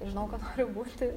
žinau kad noriu būti